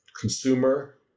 consumer